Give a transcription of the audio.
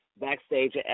backstage